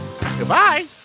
Goodbye